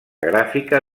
gràfica